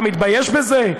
מה, אתה מתבייש בזה?